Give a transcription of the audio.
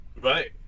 Right